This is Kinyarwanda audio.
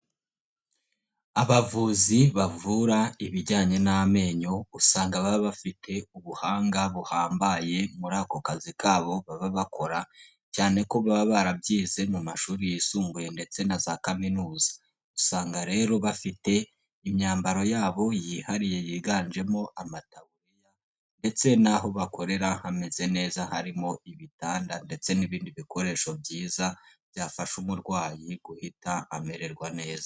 abavuzi bavura ibijyanye n'amenyo usanga baba bafite ubuhanga buhambaye muri ako kazi kabo baba bakora cyane ko baba barabyize mu mashuri yisumbuye ndetse na za kaminuza. Usanga rero bafite imyambaro yabo yihariye yiganjemo amataburiya ndetse n'aho bakorera hameze neza harimo ibitanda ndetse n'ibindi bikoresho byiza byafasha umurwayi guhita amererwa neza.